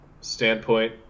standpoint